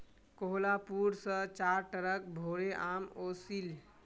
कोहलापुर स चार ट्रक भोरे आम ओसील